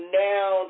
now